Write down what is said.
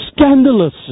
scandalous